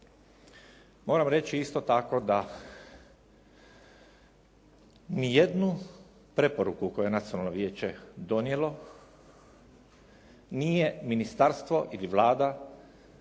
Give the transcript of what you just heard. Moram reći isto tako da ni jednu preporuku koju je nacionalno vijeće donijelo nije ministarstvo ili Vlada